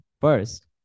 First